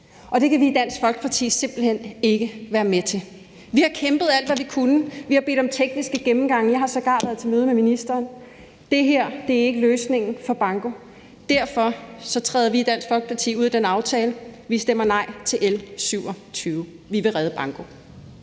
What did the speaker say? og det kan vi i Dansk Folkeparti simpelt hen ikke være med til. Vi har kæmpet alt, hvad vi kunne, vi har bedt om tekniske gennemgange, og jeg har sågar været til møde med ministeren, men det her er ikke løsningen for bankoen. Derfor træder vi i Dansk Folkeparti ud af den aftale, og vi stemmer nej til L 27, for vi vil redde